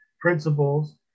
principles